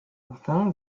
martin